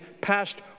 passed